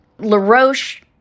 LaRoche